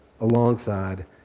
alongside